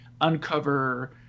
uncover